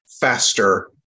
faster